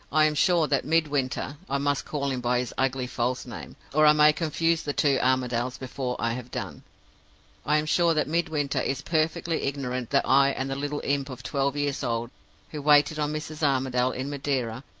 i am sure that midwinter i must call him by his ugly false name, or i may confuse the two armadales before i have done i am sure that midwinter is perfectly ignorant that i and the little imp of twelve years old who waited on mrs. armadale in madeira,